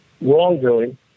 wrongdoing